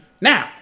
Now